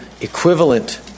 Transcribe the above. equivalent